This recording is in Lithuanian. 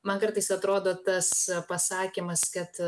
man kartais atrodo tas pasakymas kad